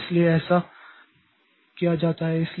तो इसीलिए ऐसा किया जाता है